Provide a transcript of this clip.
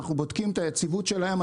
אנחנו בודקים את היציבות שלהם,